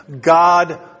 God